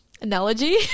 analogy